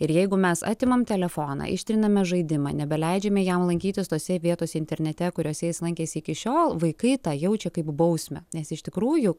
ir jeigu mes atimam telefoną ištriname žaidimą nebeleidžiame jam lankytis tose vietose internete kuriose jis lankėsi iki šiol vaikai tą jaučia kaip bausmę nes iš tikrųjų